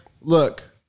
look